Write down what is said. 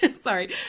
Sorry